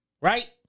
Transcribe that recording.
Right